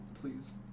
please